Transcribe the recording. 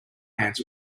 pants